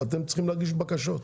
אתם צריכים להגיש בקשות.